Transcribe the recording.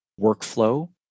workflow